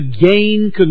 gain